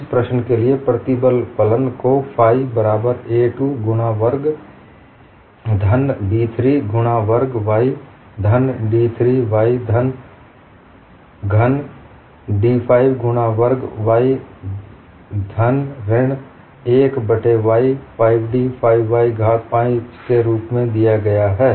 इस प्रश्न के लिए प्रतिबल फलन को फाइ बराबर a 2 x वर्ग धन b 3 x वर्ग y धन d 3 y घन धन d 5 x वर्ग y घन ऋण 1 बट्टे y 5 d 5 y घात 5 के रूप में दिया गया है